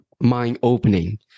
mind-opening